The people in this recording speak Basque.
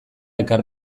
ekar